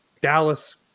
Dallas